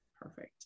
Perfect